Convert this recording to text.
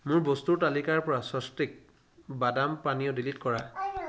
মোৰ বস্তুৰ তালিকাৰ পৰা স্বস্তিক বাদাম পানীয় ডিলিট কৰা